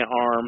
arm